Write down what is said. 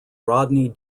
rodney